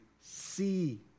see